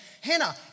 Hannah